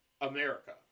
America